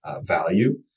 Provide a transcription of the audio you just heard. value